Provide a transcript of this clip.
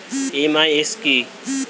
MIS কি?